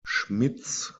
schmitz